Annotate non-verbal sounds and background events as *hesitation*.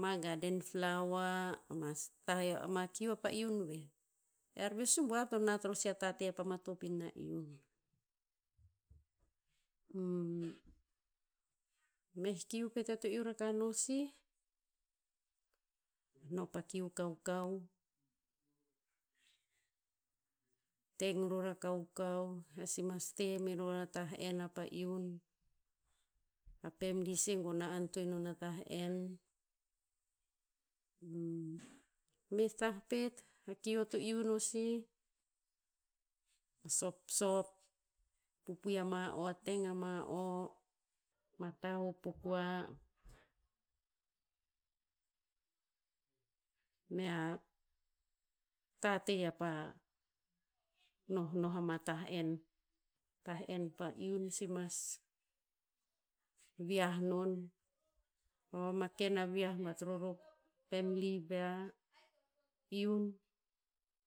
ma gaden flower, ma *unintelligible* ma kiu apa iun veh. Ear ve o subuav to nat ror a rare vapa matop ina iun. *hesitation* meh kiu pet eo to iu rakah ino sih, no pa kiu kaukau, teng ror a kaukau, ear si mas te meror a tah en apa iun. A family si gon na antoen non a tah en. *hesitation* meh tah pet, a kiu eo to iu no sih, a sopsop pupui ama o a teng ama o, ma tah hop po kua. Mea tate apa nohnoh ama tah en. Tah en pa iun si mas viah non, a vamaken aviah bat ror a family pea iun